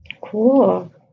Cool